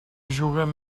juguen